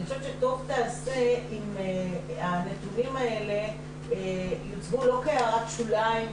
אני חושבת שטוב תעשה אם הנתונים האלה יוצבו לא כהערת שוליים,